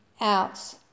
out